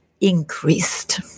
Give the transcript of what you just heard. increased